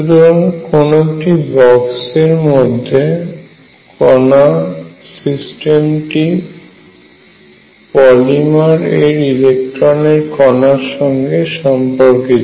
সুতরাং কোন একটি বক্সের মধ্যে কণা সিস্টেমটি পলিমার এ ইলেকট্রন কণার সঙ্গে সম্পর্কিত